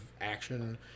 action